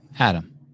Adam